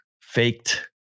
faked